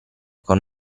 con